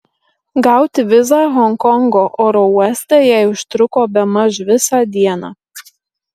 gauti vizą honkongo oro uoste jai užtruko bemaž visą dieną